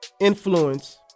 influence